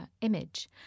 image